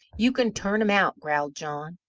you can turn em out! growled john.